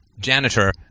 janitor